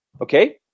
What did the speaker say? okay